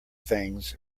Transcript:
things